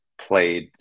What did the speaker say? played